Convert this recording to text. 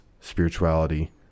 spirituality